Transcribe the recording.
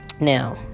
Now